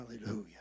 Hallelujah